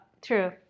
true